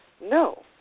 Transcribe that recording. No